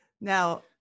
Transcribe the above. Now